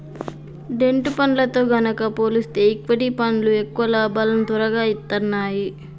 debt ఫండ్లతో గనక పోలిస్తే ఈక్విటీ ఫండ్లు ఎక్కువ లాభాలను తొరగా ఇత్తన్నాయి